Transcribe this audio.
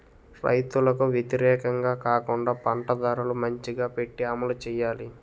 రైతులకు వ్యతిరేకంగా కాకుండా పంట ధరలు మంచిగా పెట్టి అమలు చేయాలి